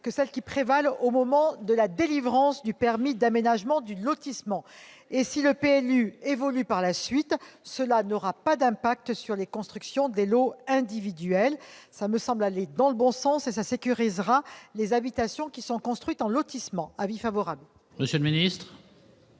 que celles qui prévalent au moment de la délivrance du permis d'aménagement du lotissement. Si le PLU évolue par la suite, cela n'aura pas d'effet sur les constructions des lots individuels. Cet amendement va dans le bon sens et permettra de sécuriser les habitations construites en lotissement. Avis favorable.